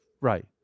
right